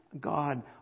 God